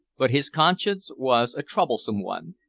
but his conscience was a troublesome one,